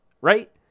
right